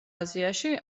აზიაში